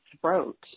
throat